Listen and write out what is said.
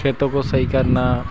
खेतो को सही करना